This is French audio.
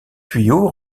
tuyau